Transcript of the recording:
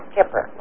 Kipper